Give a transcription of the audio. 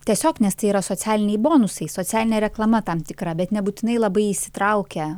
tiesiog nes tai yra socialiniai bonusai socialinė reklama tam tikra bet nebūtinai labai įsitraukia